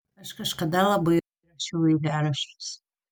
aš kažkada labai rašiau eilėraščius